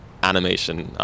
animation